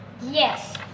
Yes